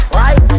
right